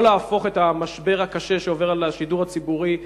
לא להפוך את המשבר הקשה שעובר על השידור הציבורי,